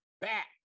back